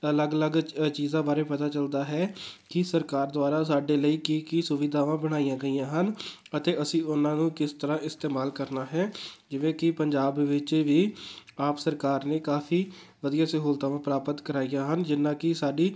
ਅਲੱਗ ਅਲੱਗ ਚ ਚੀਜ਼ਾਂ ਬਾਰੇ ਪਤਾ ਚੱਲਦਾ ਹੈ ਕਿ ਸਰਕਾਰ ਦੁਆਰਾ ਸਾਡੇ ਲਈ ਕੀ ਕੀ ਸੁਵਿਧਾਵਾਂ ਬਣਾਈਆਂ ਗਈਆਂ ਹਨ ਅਤੇ ਅਸੀਂ ਉਹਨਾਂ ਨੂੰ ਕਿਸ ਤਰ੍ਹਾਂ ਇਸਤੇਮਾਲ ਕਰਨਾ ਹੈ ਜਿਵੇਂ ਕਿ ਪੰਜਾਬ ਵਿੱਚ ਵੀ ਆਪ ਸਰਕਾਰ ਨੇ ਕਾਫ਼ੀ ਵਧੀਆ ਸਹੂਲਤਾਵਾਂ ਪ੍ਰਾਪਤ ਕਰਾਈਆਂ ਹਨ ਜਿਸ ਨਾਲ ਕਿ ਸਾਡੀ